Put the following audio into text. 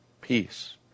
peace